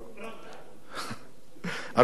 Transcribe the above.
"פראבדה".